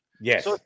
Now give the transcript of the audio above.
Yes